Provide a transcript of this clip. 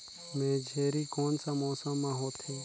मेझरी कोन सा मौसम मां होथे?